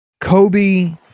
kobe